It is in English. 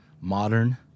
modern